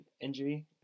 injury